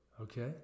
Okay